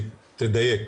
תדייק.